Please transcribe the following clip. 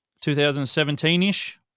2017-ish